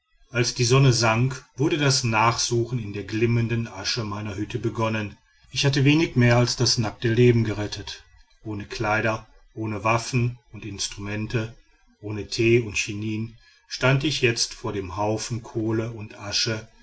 als die sonne sank wurde das nachsuchen in der glimmenden asche meiner hütte begonnen ich hatte wenig mehr als das nackte leben gerettet ohne kleider ohne waffen und instrumente ohne tee und chinin stand ich jetzt vor dem haufen kohle und asche